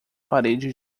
parede